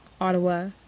Ottawa